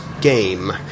game